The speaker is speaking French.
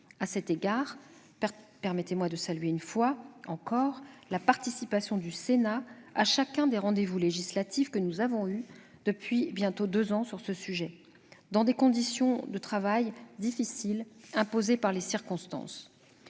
À cet égard, permettez-moi de saluer une fois encore la participation du Sénat à chacun des rendez-vous législatifs que nous avons eus depuis bientôt deux ans sur ce sujet, souvent dans des conditions de travail difficiles, imposées par les circonstances.